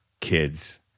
kids